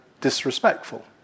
disrespectful